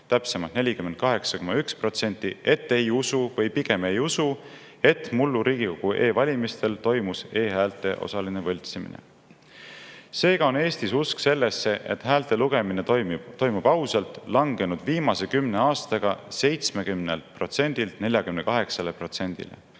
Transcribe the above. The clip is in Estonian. täpsemalt 48,1 protsenti, et "ei usu" või "pigem ei usu", et mullu riigikogu e-valimistel toimus e-häälte osaline võltsimine. Seega on Eestis usk sellesse, et häälte lugemine toimub ausalt, langenud viimase kümne aastaga 70